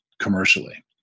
commercially